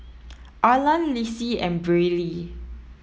Arland Lissie and Briley